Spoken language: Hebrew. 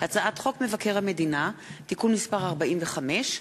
הצעת חוק מבקר המדינה (תיקון מס' 45),